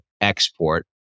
export